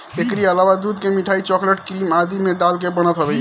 एकरी अलावा दूध के मिठाई, चोकलेट, क्रीम आदि में डाल के बनत हवे